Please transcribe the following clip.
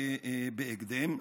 ימומש בהקדם.